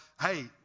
hey